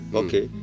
okay